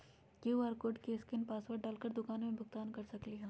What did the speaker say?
QR code scan password डाल कर दुकान में भुगतान कर सकलीहल?